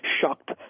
shocked